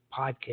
podcast